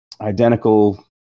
identical